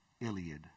Iliad